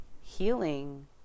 healing